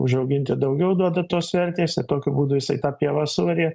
užauginti daugiau duoda tos vertės ir tokiu būdu jisai tą pievą suarė